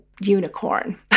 unicorn